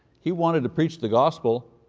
he wanted to preach the gospel